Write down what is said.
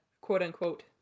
quote-unquote